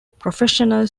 professional